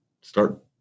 start